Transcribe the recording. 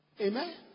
Amen